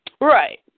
Right